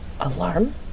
Alarm